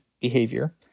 behavior